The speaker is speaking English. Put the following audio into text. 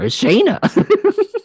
Shayna